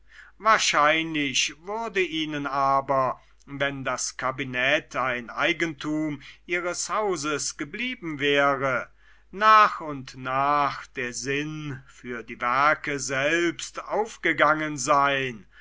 wahrscheinlich würde ihnen aber wenn das kabinett ein eigentum ihres hauses geblieben wäre nach und nach der sinn für die werke selbst aufgegangen sein